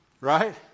Right